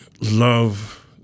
love